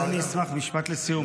אז אני אשמח משפט לסיום.